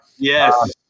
Yes